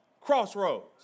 Crossroads